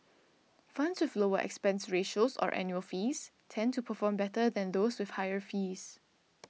funds with lower expense ratios or annual fees tend to perform better than those with higher fees